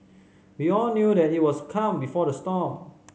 we all knew that he was the calm before the storm